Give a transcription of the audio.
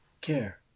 care